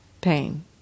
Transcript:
pain